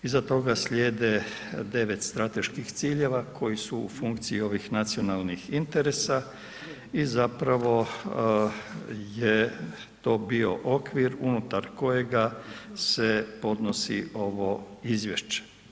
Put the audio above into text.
Iza toga slijede 9 strateških ciljeva koji su u funkciji ovih nacionalnih interesa i zapravo je to bio okvir unutar kojega se podnosi ovo izvješće.